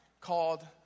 called